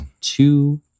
Two